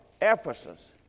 Ephesus